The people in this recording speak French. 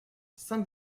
saint